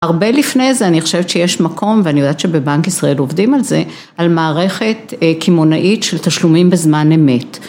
הרבה לפני זה אני חושבת שיש מקום ואני יודעת שבבנק ישראל עובדים על זה, על מערכת קימונאית של תשלומים בזמן אמת.